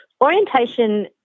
Orientation